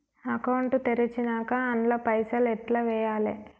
Account తెరిచినాక అండ్ల పైసల్ ఎట్ల వేయాలే?